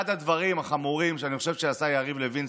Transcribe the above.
אחד הדברים החמורים שאני חושב שעשה יריב לוין,